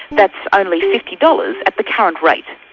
that's only fifty dollars, at the current rate.